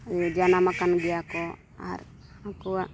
ᱡᱟᱱᱟᱢ ᱟᱠᱟᱱ ᱜᱮᱭᱟ ᱠᱚ ᱟᱨ ᱟᱠᱚᱣᱟᱜ